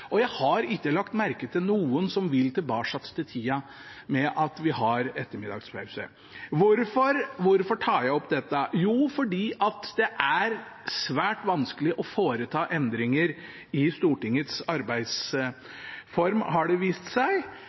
og jeg har ikke lagt merke til noen som vil tilbake til tida med ettermiddagspause. Hvorfor tar jeg opp dette? Jo, fordi det er svært vanskelig å foreta endringer i Stortingets arbeidsform, har det vist seg.